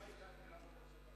מה אתנו?